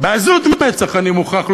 בעזות מצח, אני מוכרח לומר,